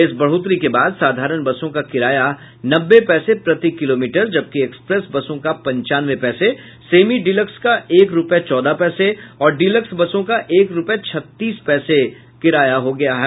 इस बढोतरी के बाद साधारण बसों का किराया नब्बे पैसे प्रति किलोमीटर जबकि एक्सप्रेस बसों का पंचानवे पैसे सेमी डीलक्स का एक रूपये चौदह पैसे और डीलक्स बसों का एक रूपये छत्तीस पैसे हो गया है